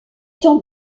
temps